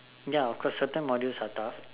ya of course certain modules are tough